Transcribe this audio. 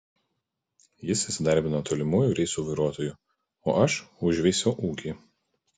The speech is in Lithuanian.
jis įsidarbino tolimųjų reisų vairuotoju o aš užveisiau ūkį